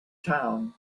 town